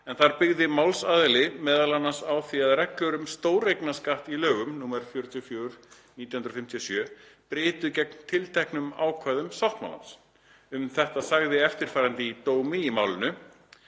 en þar byggði málsaðili meðal annars á því að reglur um stóreignaskatt í lögum nr. 44/1957 brytu gegn tilteknum ákvæðum sáttmálans. Um þetta sagði eftirfarandi í dómi í málinu: